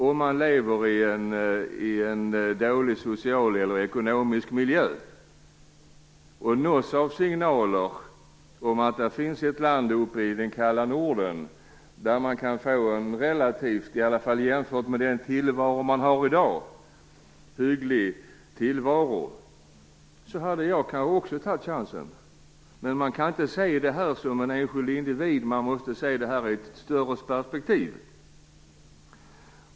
Om man lever i en dålig social eller ekonomisk miljö och nås av signaler om att det finns ett land uppe i den kalla norden där man kan få en relativt hygglig tillvaro, i alla fall jämfört med den man har i dag, är det inte så konstigt att man tar chansen. Det hade kanske jag också gjort. Men man kan inte se detta som en enskild individ. Man måste se detta i ett större perspektiv.